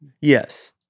Yes